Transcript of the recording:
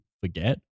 forget